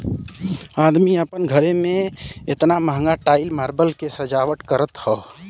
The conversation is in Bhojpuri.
अदमी आपन घरे मे एतना महंगा टाइल मार्बल के सजावट करत हौ